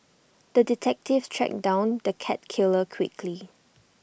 the detective tracked down the cat killer quickly